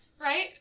right